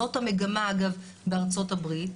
זו המגמה אגב בארצות הברית.